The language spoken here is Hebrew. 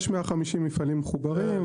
יש 150 מפעלים מחוברים.